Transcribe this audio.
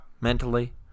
Mentally